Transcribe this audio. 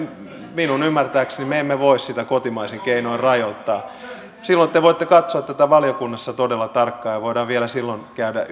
minun ymmärtääkseni me emme voi sitä kotimaisin keinoin rajoittaa silloin te te voitte katsoa tätä valiokunnassa todella tarkkaan ja voimme vielä silloin käydä